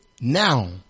now